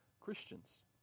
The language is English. Christians